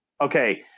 okay